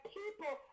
people